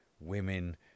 women